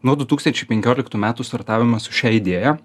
nuo du tūkstančiai penkioliktų metų startavome su šia idėja